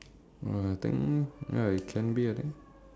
uh I think ya it can be I think